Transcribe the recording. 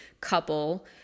couple